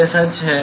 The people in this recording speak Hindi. यह सच है